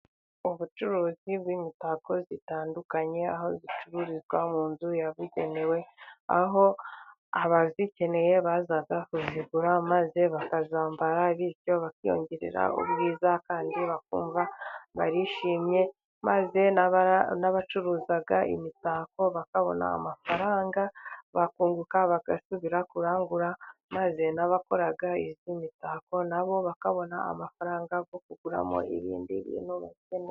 Ubucuruzi bw'imitako itandukanye, aho icururizwa mu nzu yabugenewe, aho abayikeneye baza kuyigura maze bakayambara, bityo bakiyongerera ubwiza kandi bakumva barishimye, maze n'abacuruza imitako bakabona amafaranga, bakunguka bagasubira kurangura, maze n'abakora iyi mitako na bo bakabona amafaranga yo kuguramo ibindi bintu bakeneye.